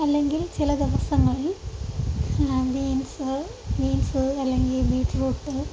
അല്ലെങ്കിൽ ചില ദിവസങ്ങളിൽ ബീൻസ് ബീൻസ് അല്ലെങ്കില് ബീറ്റ്റൂട്ട്